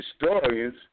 historians